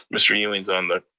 mr. ewing is on the